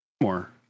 more